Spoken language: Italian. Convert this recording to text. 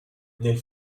nel